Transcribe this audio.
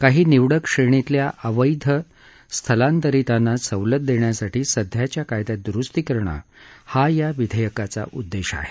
काही निवडक श्रेणीतल्या अवैध स्थलांतरितांना सवलत देण्यासाठी सध्याच्या कायद्यात दुरुस्ती करणं हा या विधेयकाचा उद्देश आहे